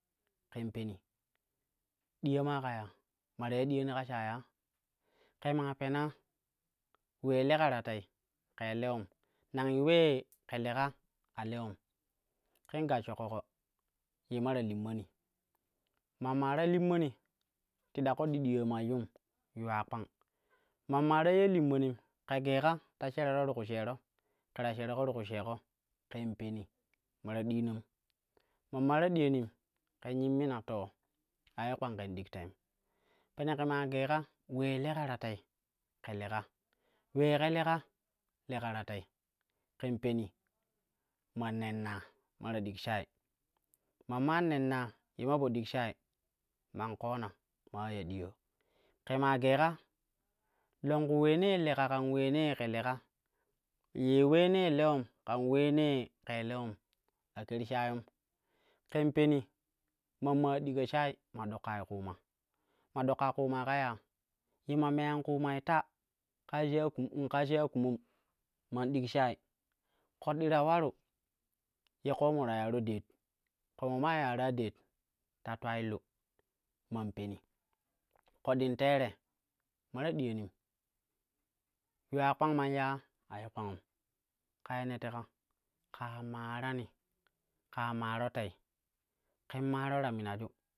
Ƙen peni, diya mai ƙaya, ma ta iya diyani ka shayi ya, ke maa pena ule leka ta tei, kei lewon nangi ulee ke leka a lewom, ƙen gashsho ƙoƙo ye ma ta limmani mam maa ta limmani tida ƙoɗɗi diyaa mai yum yuwa kpang man maa ta iya limmanim ƙe geega ta sherero ti ku sheero ƙe ma ta dinam, man maa ta diyanim ƙen nyimmima to a yu kpang ƙen dik teim pere ƙe maa geega uleel leka ta tei ƙen peni ma nennaa ma tu dik shayi man maa mennaa ye ma po dik shayi man ƙoona ma ula ya diyaa. Ƙe maa geega longku uleenee leka ƙan uleenee ƙe leka, ye uleene leulom kan uleenee ƙei leown a ƙer shayum keu peni mam maa diga shayi ma ɗokai ƙuuma ma ɗokka kuumai ka ya, ya meyan kuumai ta ka she aku, ka she akumom man dik shayi koɗɗi ta ularu ye ƙoomo ta yaaro deet, ƙoomo man yaara deet, ta tulaillu man peni ƙoɗɗin teere ta diyanim, yuwa kpang man ya, a yu kpangum. Ƙaa ye ne teka ƙaa maarani, ƙaa maaro tei ken maaro ta mimaju.